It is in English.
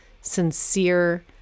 sincere